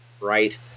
right